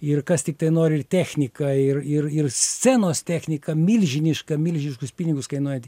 ir kas tiktai nori ir technika ir ir ir scenos technika milžiniška milžiniškus pinigus kainuojanti